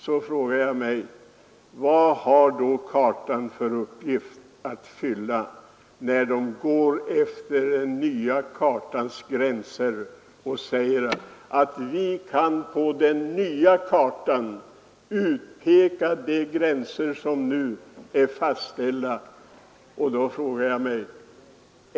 Då frågar jag mig: vad har kartan för uppgift att fylla, när de går efter den nya kartan och säger att man på den kan utpeka de gränser som nu är fastställda?